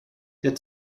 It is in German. der